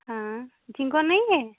हाँ झींगुआ नहीं है